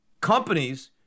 companies